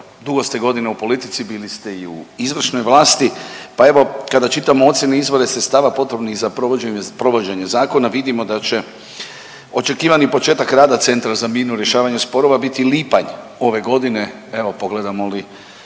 dugo ste godina u politici, bili ste i u izvršnoj vlasti, pa evo kada čitamo ocijene i izvore sredstava potrebnih za provođenje zakona vidimo da će očekivani početak rada Centra za mirno rješavanje sporova biti lipanj ove godine, evo pogledamo li